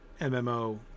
MMO